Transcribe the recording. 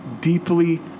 deeply